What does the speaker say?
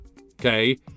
Okay